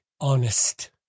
honest